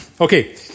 Okay